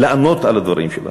לענות על הדברים שלך.